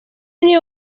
niwe